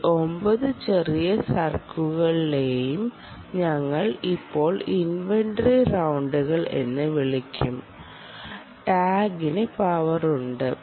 ഈ 9 ചെറിയ സർക്കിളുകളേയും ഞങ്ങൾ ഇപ്പോൾ ഇൻവെന്ററി റൌണ്ടുകൾ എന്ന് വിളിക്കും ടാഗിന് പവർ ഉണ്ട്